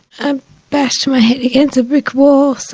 i bashed my head against a brick wall, so